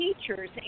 teachers